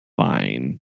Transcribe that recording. Fine